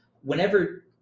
Whenever